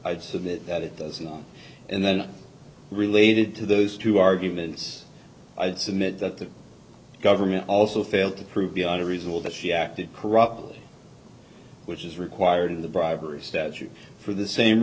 of it that it does not and then related to those two arguments i'd submit that the government also failed to prove beyond a reasonable that she acted corrupt which is required in the bribery statute for the same